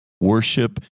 worship